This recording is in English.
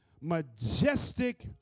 majestic